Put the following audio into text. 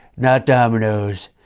not domino's.